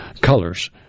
colors